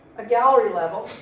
a gallery level,